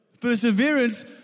Perseverance